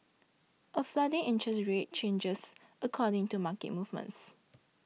a floating interest rate changes according to market movements